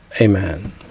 Amen